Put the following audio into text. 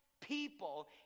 people